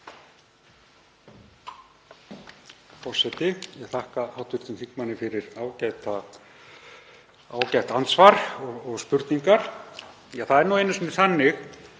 Forseti. Ég þakka hv. þingmanni fyrir ágætt andsvar og spurningar. Það er nú einu sinni þannig